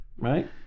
Right